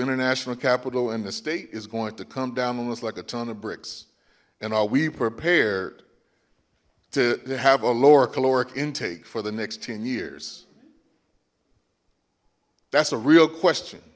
international capital and the state is going to come down on us like a ton of bricks and are we prepared to have a lower caloric intake for the next ten years that's a real question